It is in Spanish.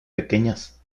pequeñas